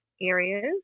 areas